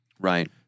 Right